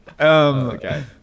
Okay